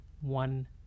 one